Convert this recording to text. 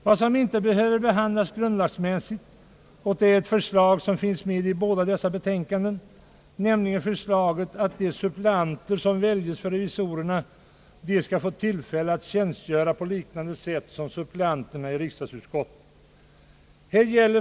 Vad som inte behöver behandlas grundlagsmässigt är ett förslag som finns med i båda dessa betänkanden, nämligen förslaget att de suppleanter som väljs för revisorerna skall få tillfälle att tjänstgöra på liknande sätt som suppleanterna i riksdagsutskotten.